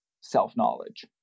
self-knowledge